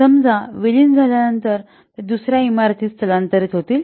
समजा विलीन झाल्यानंतर समजा ते दुसर्या इमारतीत स्थलांतरित होतील